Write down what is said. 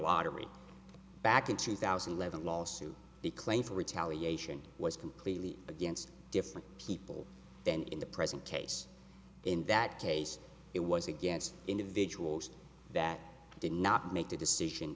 lottery back in two thousand and eleven lawsuit the claim for retaliation was completely against different people then in the present case in that case it was against individuals that did not make the decision